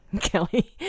Kelly